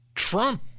Trump